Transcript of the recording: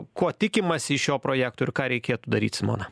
ko tikimasi iš šio projekto ir ką reikėtų daryt simona